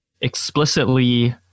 explicitly